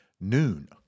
Noon